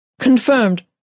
Confirmed